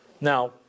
Now